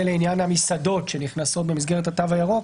זה לעניין המסעדות שנכנסות במסגרת התו הירוק,